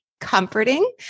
comforting